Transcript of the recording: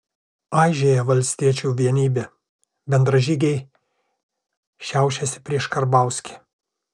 aižėja valstiečių vienybė bendražygiai šiaušiasi prieš karbauskį